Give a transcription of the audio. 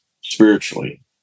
spiritually